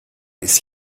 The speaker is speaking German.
ist